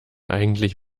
eigentlich